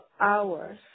hours